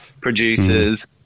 producers